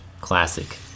Classic